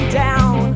down